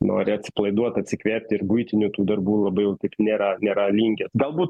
nori atsipalaiduot atsikvėpt ir buitinių tų darbų labai jau taip nėra nėra linkęs galbūt